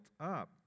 up